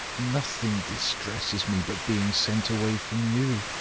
nothing distresses me, but being sent away from you!